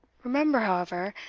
remember, however,